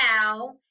now